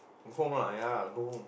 go home lah ya lah go home